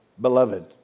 beloved